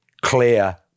Clear